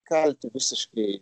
kalti visiškai